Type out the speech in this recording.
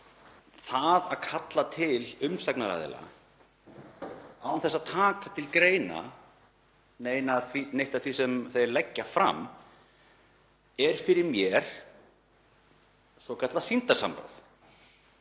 Það að kalla til umsagnaraðila án þess að taka til greina neitt af því sem þeir leggja fram er fyrir mér svokallað sýndarsamráð.